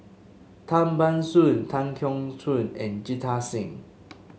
Tan Ban Soon Tan Keong Choon and Jita Singh